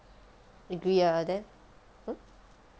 agree ah then hmm